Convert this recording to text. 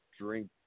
drink